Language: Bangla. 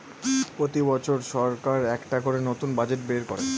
প্রতি বছর সরকার একটা করে নতুন বাজেট বের করে